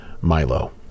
Milo